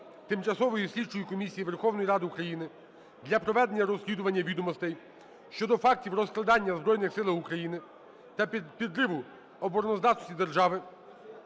Тимчасової слідчої комісії Верховної Ради України для проведення розслідування відомостей щодо фактів розкрадання в Збройних Силах України та підриву обороноздатності держави